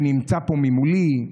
שנמצא פה ממולי,